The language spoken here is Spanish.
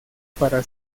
para